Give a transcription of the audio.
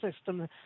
system